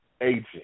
agent